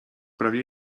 prawie